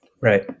Right